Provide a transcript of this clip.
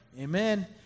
amen